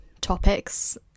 topics